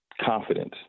confidence